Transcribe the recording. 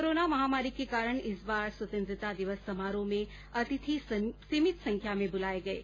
corona महामारी के कारण इस बार स्वतंत्रता दिवस समारोह में अतिथि सीमित संख्या में बुलाये गये